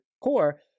core